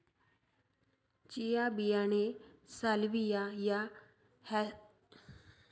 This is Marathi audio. चिया बियाणे साल्विया या हिस्पॅनीका चे खाद्य बियाणे आहे